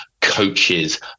coaches